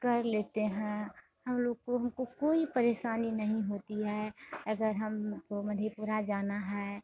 कर लेते हैं हम लोग को हमको कोई परेशानी नहीं होती है अगर हमको मधेपुरा जाना है